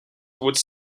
would